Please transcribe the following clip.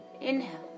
inhale